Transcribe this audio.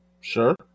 Sure